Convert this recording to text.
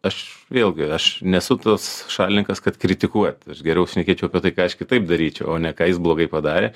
aš vėlgi aš nesu tas šalininkas kad kritikuoti geriau šnekėčiau apie tai ką aš kitaip daryčiau o ne ką jis blogai padarė